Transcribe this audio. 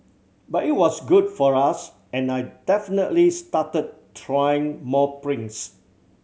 but it was good for us and I definitely started trying more prints